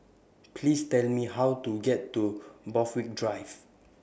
Please Tell Me How to get to Borthwick Drive